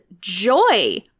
Joy